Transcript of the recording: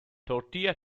tortilla